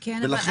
ולכן,